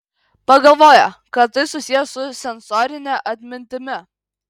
pagalvojo kad tai susiję su sensorine atmintimi